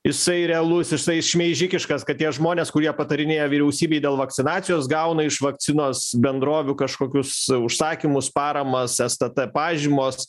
jisai realus jisai šmeižikiškas kad tie žmonės kurie patarinėja vyriausybei dėl vakcinacijos gauna iš vakcinos bendrovių kažkokius užsakymus paramas stt pažymos